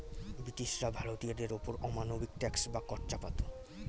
ব্রিটিশরা ভারতীয়দের ওপর অমানবিক ট্যাক্স বা কর চাপাতো